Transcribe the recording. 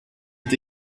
est